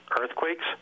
earthquakes